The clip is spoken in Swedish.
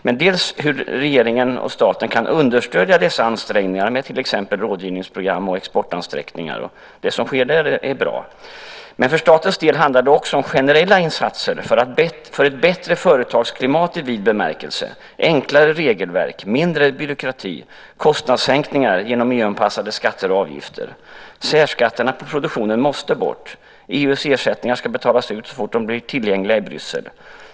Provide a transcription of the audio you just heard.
Dels gäller det hur regeringen och staten kan understödja dessa ansträngningar med till exempel rådgivningsprogram och exportansträngningar. Det som där sker är bra. Men för statens del handlar det också om generella insatser för ett bättre företagsklimat i vid bemärkelse, enklare regelverk, mindre byråkrati och kostnadssänkningar genom EU-anpassade skatter och avgifter. Särskatterna på produktionen måste bort. EU:s ersättningar ska betalas ut så fort de blir tillgängliga i Bryssel.